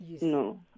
No